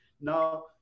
Now